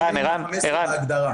יש להם דליי בהגדרה.